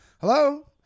hello